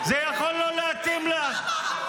זה יכול לא להתאים לך,